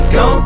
go